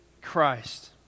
Christ